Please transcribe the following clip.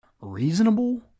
reasonable